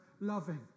loving